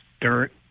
dirt